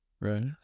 Right